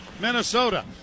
Minnesota